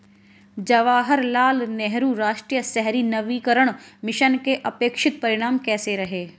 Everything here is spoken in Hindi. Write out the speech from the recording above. जवाहरलाल नेहरू राष्ट्रीय शहरी नवीकरण मिशन के अपेक्षित परिणाम कैसे रहे?